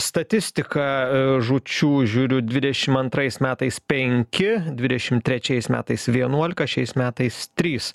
statistiką žūčių žiūriu dvidešim antrais metais penki dvidešim trečiais metais vienuolika šiais metais trys